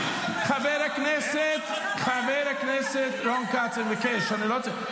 חבר הכנסת רון כץ, אני מבקש, אני לא רוצה.